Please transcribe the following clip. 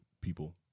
people